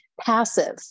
Passive